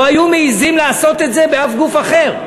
לא היו מעזים לעשות את זה בשום גוף אחר.